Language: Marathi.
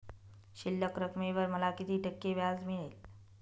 शिल्लक रकमेवर मला किती टक्के व्याज मिळेल?